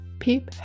peep